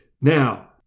Now